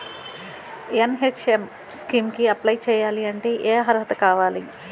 NHM scheme కి apply చేయాలి అంటే ఏ అర్హత కావాలి?